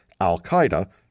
Al-Qaeda